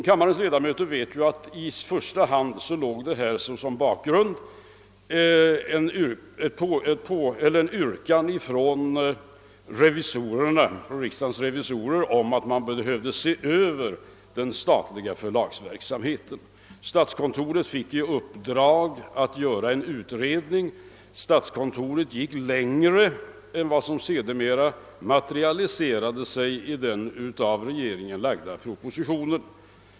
Kammarens ledamöter vet att den primära bakgrunden var ett yrkande från riksdagens revisorer om en översyn av den statliga förlagsverksamheten. Statskontoret fick i uppdrag att göra en utredning, och kontoret gick därvid längre än vad som sedermera materialiserade sig i den av regeringen framlagda propositionen.